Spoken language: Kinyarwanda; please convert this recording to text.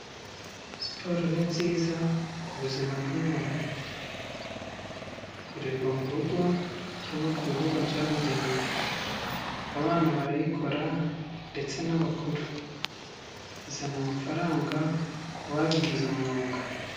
Siporo ni nziza ku buzima bw'umuntu. Ikorerwa mu rugo cyangwa ku bibuga byabugenewe. Abana barayikora ndetse n'abakuru. Izana amafaranga ku babigize umwuga.